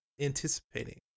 anticipating